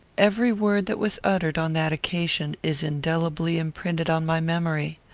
every word that was uttered on that occasion is indelibly imprinted on my memory.